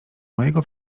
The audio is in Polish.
mojego